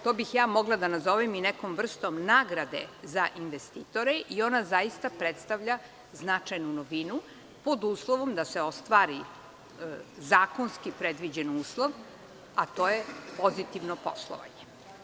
To bih ja mogla da nazovem i nekom vrstom nagrade za investitore i ona zaista predstavlja značajnu novinu, pod uslovom da se ostvari zakonski predviđen uslov, a to je pozitivno poslovanje.